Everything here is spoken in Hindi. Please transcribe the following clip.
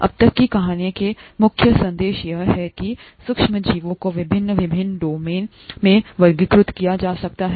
अब तक की कहानी के मुख्य संदेश यह हैं कि हैं सूक्ष्मजीवों को विभिन्न विभिन्न डोमेन में वर्गीकृत किया जा सकता है